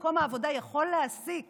מקום העבודה יכול להעסיק